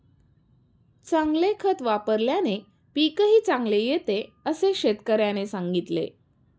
चांगले खत वापल्याने पीकही चांगले येते असे शेतकऱ्याने सांगितले